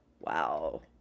wow